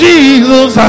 Jesus